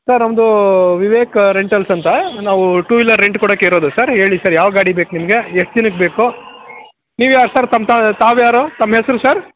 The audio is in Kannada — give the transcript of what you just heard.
ಸರ್ ನಮ್ಮದು ವಿವೇಕ್ ರೆಂಟಲ್ಸ್ ಅಂತ ನಾವು ಟೂ ವೀಲರ್ ರೆಂಟ್ ಕೊಡಕ್ಕೆ ಇರೋದು ಸರ್ ಹೇಳಿ ಸರ್ ಯಾವ ಗಾಡಿ ಬೇಕು ನಿಮಗೆ ಎಷ್ಟು ದಿನಕ್ಕೆ ಬೇಕು ನೀವು ಯಾರು ಸರ್ ತ ತಮ್ಮ ತಾವು ಯಾರು ತಮ್ಮ ಹೆಸರು ಸರ್